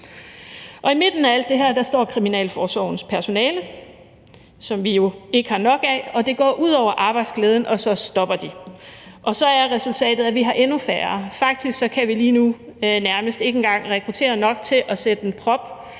I midten af alt det her står Kriminalforsorgens personale, som vi jo ikke har nok af, og det går ud over arbejdsglæden, og så stopper de, og så er resultatet, at vi har endnu færre. Faktisk kan vi lige nu nærmest ikke engang rekruttere nok til at sætte en prop